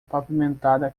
pavimentada